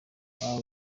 aba